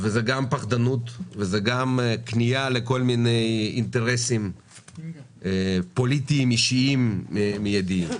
וגם פחדנות וגם כניעה לכל מיני אינטרסים פוליטיים אישיים מידיים.